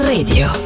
Radio